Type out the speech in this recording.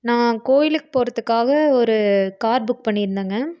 நான் கோவிலுக்கு போகிறத்துக்காக ஒரு கார் புக் பண்ணியிருந்தங்க